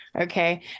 okay